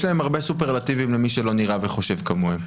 יש להם הרבה סופרלטיבים למי שלא נראה וחושב כמוהם.